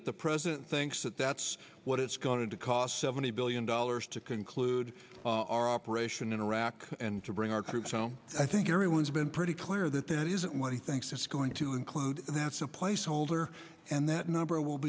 that the president thinks that that's what it's going to cost seventy billion dollars to conclude our operation in iraq and to bring our troops home i think everyone's been pretty clear that that is what he thinks it's going to include and that's a placeholder and that number will